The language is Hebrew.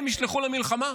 הם ישלחו למלחמה?